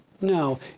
No